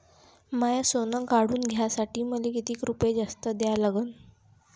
माय सोनं काढून घ्यासाठी मले कितीक रुपये जास्त द्या लागन?